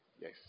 Yes